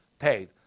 paid